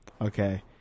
Okay